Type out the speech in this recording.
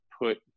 put